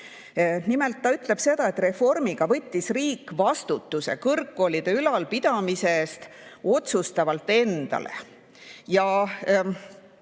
Nimelt ta ütleb seda, et reformiga võttis riik vastutuse kõrgkoolide ülalpidamise eest otsustavalt endale.